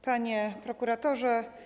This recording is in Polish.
Panie Prokuratorze!